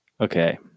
Okay